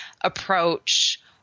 approach